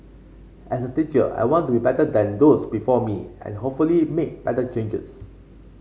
as a teacher I want to be better than those before me and hopefully make better changes